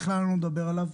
בכלל אני לא מדבר עליו,